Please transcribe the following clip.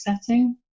setting